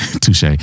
Touche